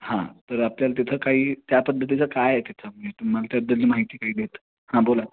हां तर आपल्याला तिथं काही त्या पद्धतीचं काय आहे तिथे म्हणजे तुम्हाला त्याबद्दलची माहिती काही देत हां बोला